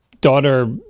daughter